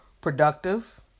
productive